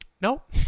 Nope